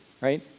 right